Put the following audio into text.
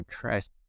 Christ